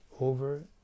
over